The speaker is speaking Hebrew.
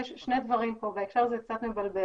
יש שני דברים פה בהקשר הזה וזה קצת מבלבל.